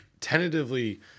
Tentatively